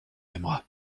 aimeras